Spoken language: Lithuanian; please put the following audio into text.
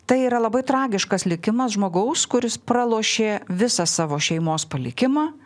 tai yra labai tragiškas likimas žmogaus kuris pralošė visą savo šeimos palikimą